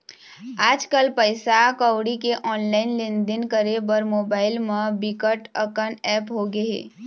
आजकल पइसा कउड़ी के ऑनलाईन लेनदेन करे बर मोबाईल म बिकट अकन ऐप होगे हे